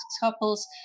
couples